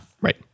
right